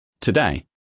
today